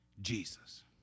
Jesus